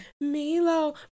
Milo